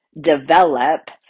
develop